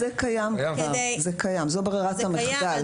זו ברירת המחדל, זה קיים.